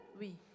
Oui